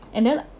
and then